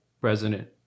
president